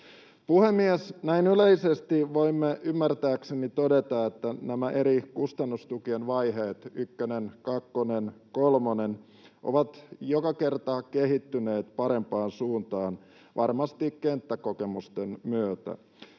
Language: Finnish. Puhemies! Näin yleisesti voimme ymmärtääkseni todeta, että nämä eri kustannustukien vaiheet — ykkönen, kakkonen ja kolmonen — ovat joka kerta kehittyneet parempaan suuntaan, varmasti kenttäkokemusten myötä.